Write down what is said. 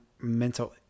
mental